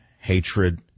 Hatred